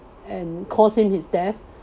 and caused him his death